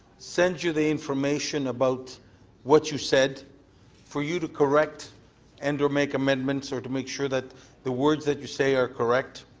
send you the information about what you said for you to correct and or make amendments or to make sure that the words that you say are correct.